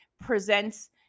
presents